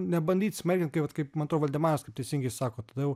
nebandyt smerkiant kai vat kaip man atrodo valdemaras kaip teisingai sako tada jau